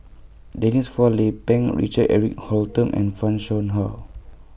Denise Phua Lay Peng Richard Eric Holttum and fan Shao Hua